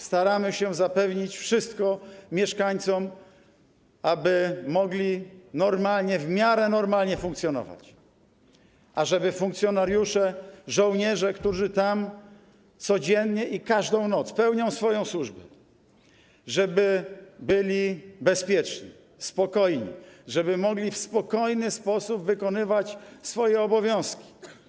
Staramy się zapewnić wszystko mieszkańcom, aby mogli normalnie, w miarę normalnie funkcjonować, aby funkcjonariusze, żołnierze, którzy tam codziennie i każdej nocy pełnią swoją służbę, byli bezpieczni, spokojni, aby mogli w spokojny sposób wykonywać swoje obowiązki.